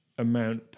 amount